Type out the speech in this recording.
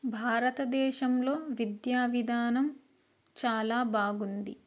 భారతదేశంలో విద్యా విధానం చాలా బాగుంది